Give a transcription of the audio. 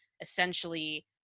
essentially –